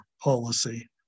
policy